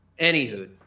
Anywho